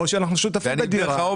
או שאנחנו שותפים בדירה,